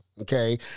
Okay